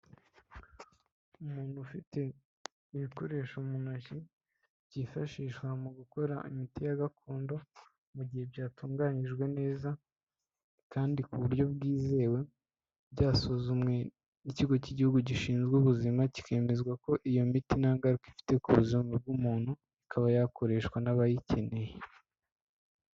Umuntu ufite ibikoresho mu ntoki byifashishwa mu gukora imiti ya gakondo mu gihe byatunganyijwe neza kandi ku buryo bwizewe byasuzumwe n'ikigo cy' igihugu gishinzwe ubuzima kikemezwa ko iyo miti nta ngaruka ifite ku buzima bw'umuntu ikaba yakoreshwa n'abayikeneye.